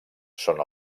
són